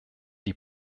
die